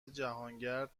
جهانگرد